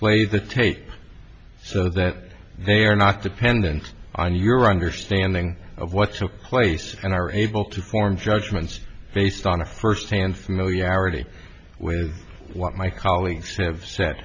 play the tape so that they are not dependent on your understanding of what took place and are able to form judgments based on a first hand familiarity with what my coll